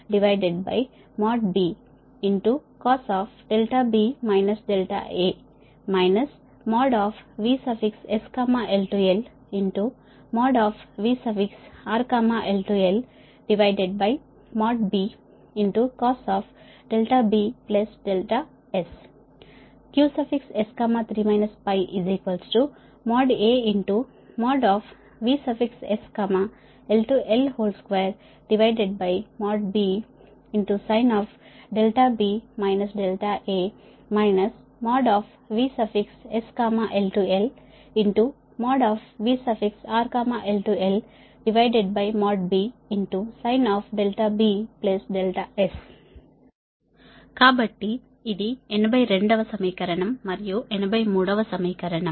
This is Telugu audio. PS3 AVSL L2Bcos VSL LVRL L|B|cosBS QS3 AVSL L2Bsin VSL LVRL L|B|sinBS కాబట్టి ఇవి 82 వ సమీకరణం మరియు 83 వ సమీకరణం